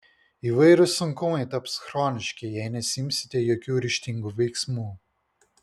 įvairūs sunkumai taps chroniški jei nesiimsite jokių ryžtingų veiksmų